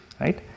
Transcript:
right